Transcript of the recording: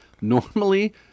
Normally